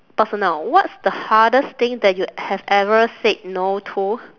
personal what's the hardest thing that you have ever said no to